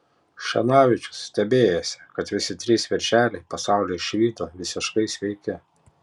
chščenavičius stebėjosi kad visi trys veršeliai pasaulį išvydo visiškai sveiki